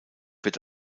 wird